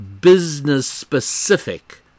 business-specific